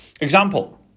Example